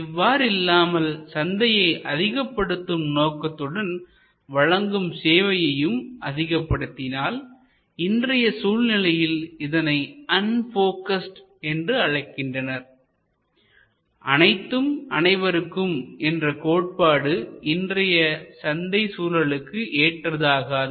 இவ்வாறு இல்லாமல் சந்தையை அதிகப்படுத்தும் நோக்கத்துடன் வழங்கும் சேவையையும் அதிகப்படுத்தினால் இன்றைய சூழ்நிலையில் இதனை அண்போகஸ்டு என்று அழைக்கின்றனர் அனைத்தும் அனைவருக்கும் என்ற கோட்பாடு இன்றைய சந்தை சூழலுக்கு ஏற்றது ஆகாது